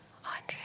hundred